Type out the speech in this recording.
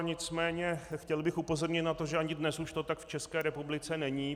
Nicméně chtěl bych upozornit na to, že už ani dnes to tak v České republice není.